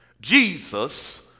Jesus